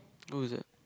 who is that